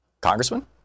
Congressman